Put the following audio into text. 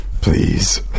Please